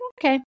okay